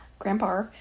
Grandpa